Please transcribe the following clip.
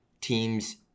teams